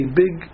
big